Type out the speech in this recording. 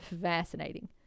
fascinating